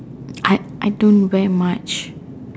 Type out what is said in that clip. I I don't wear much